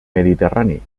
mediterrani